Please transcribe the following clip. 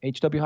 HW